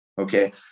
okay